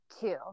two